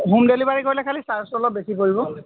home delivery কৰিলে খালি চাৰ্জটো অলপ বেছি পৰিব